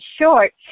short